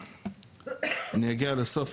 אני אגיד לסוף.